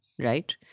right